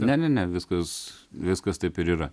ne ne ne viskas viskas taip ir yra